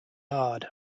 hard